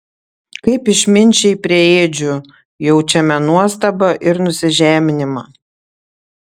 kaip išminčiai prie ėdžių jaučiame nuostabą ir nusižeminimą